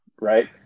right